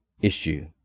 issue